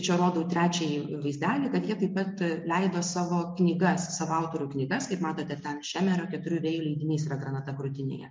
čia rodau trečiąjį vaizdelį kad jie taip pat leido savo knygas savo autorių knygas kaip matote ten šemerio keturių vėjų leidinys yra granata krūtinėje